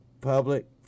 public